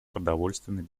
продовольственной